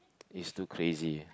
is too crazy